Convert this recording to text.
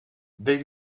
they